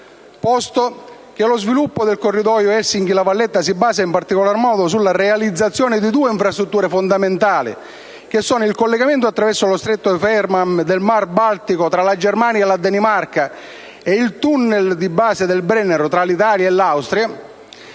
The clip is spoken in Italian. Peraltro, lo sviluppo del corridoio Helsinki-La Valletta si basa in particolar modo sulla realizzazione di due infrastrutture fondamentali, che sono il collegamento attraverso lo stretto di Fehmarn nel mar Baltico tra la Germania e la Danimarca e il *tunnel* di base del Brennero, tra l'Italia e l'Austria.